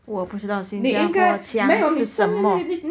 我不知道新加坡腔是什么